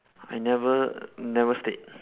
I never never state